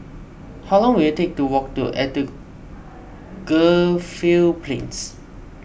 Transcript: how long will it take to walk to Edgefield Plains